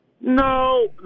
No